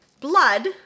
blood